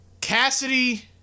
Cassidy